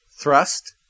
thrust